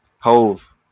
Hove